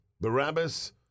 Barabbas